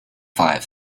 five